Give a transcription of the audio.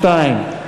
38(1)